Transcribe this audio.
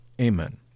Amen